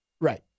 Right